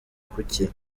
kuki